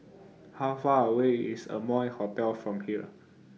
How Far away IS Amoy Hotel from here